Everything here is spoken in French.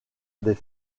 des